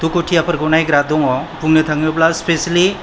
दुखुथियाफोरखौ नायग्रा दङ बुंनो थाङोब्ला स्पेशियलि